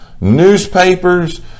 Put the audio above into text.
newspapers